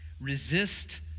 Resist